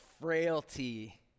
frailty